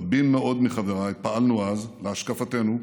רבים מאוד מחבריי, פעלנו אז, להשקפתנו,